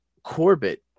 corbett